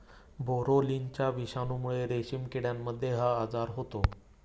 बोरोलिनाच्या विषाणूमुळे रेशीम किड्यांमध्ये हा आजार होतो